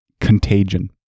Contagion